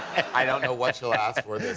i don't know what she'll ask for this